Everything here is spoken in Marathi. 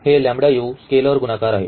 तर हे स्केलर गुणाकार आहे